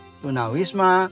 tunawisma